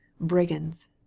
BRIGANDS